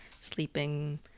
sleeping